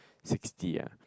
sixty ah